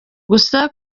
gusa